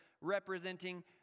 representing